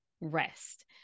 rest